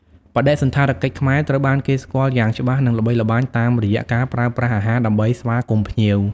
បដិសណ្ឋារកិច្ចខ្មែរត្រូវបានគេស្គាល់យ៉ាងច្បាស់ និងល្បីល្បាញតាមរយៈការប្រើប្រាស់អាហារដើម្បីស្វាគមន៍ភ្ញៀវ។